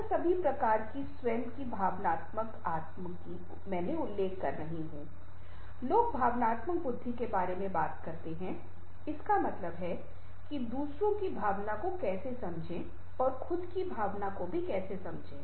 यह सभी प्रकार की स्वयं की भावनात्मक आत्म की मैने उल्लेख कर रहा हूं लोग भावनात्मक बुद्धि के बारे में बात कर रहे हैं इसका मतलब है कि दूसरों की भावना को कैसे समझें और खुद की भावना को भी कैसे समझें